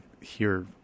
hear